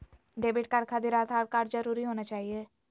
Debit card खातिर Aadhaar card जरूरी होना चाहिए?